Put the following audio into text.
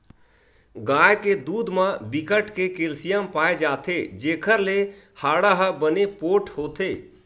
गाय के दूद म बिकट के केल्सियम पाए जाथे जेखर ले हाड़ा ह बने पोठ होथे